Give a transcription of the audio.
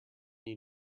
you